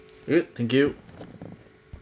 good thank you